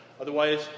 otherwise